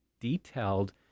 detailed